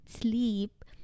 sleep